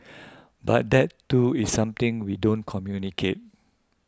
but that too is something we don't communicate